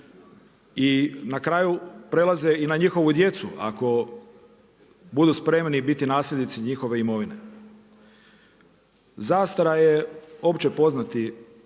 i na kraju prelaze i na njihovu djecu ako budu spremni biti nasljednici njihove imovine. Zastara je općepoznati